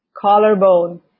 collarbone